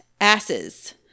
asses